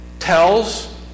tells